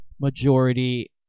majority